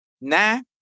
Nah